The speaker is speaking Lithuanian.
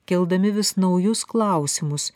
keldami vis naujus klausimus